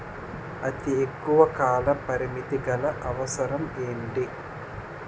అతి తక్కువ కాల పరిమితి గల అవసరం ఏంటి